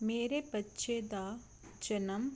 ਮੇਰੇ ਬੱਚੇ ਦਾ ਜਨਮ